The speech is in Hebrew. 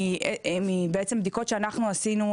מבדיקות שעשינו,